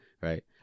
right